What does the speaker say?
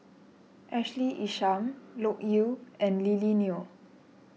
Ashley Isham Loke Yew and Lily Neo